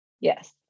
yes